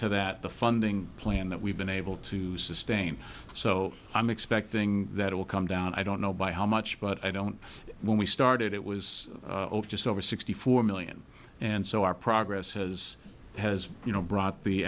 to that the funding plan that we've been able to sustain so i'm expecting that it will come down i don't know by how much but i don't when we started it was just over sixty four million and so our progress has has you know brought the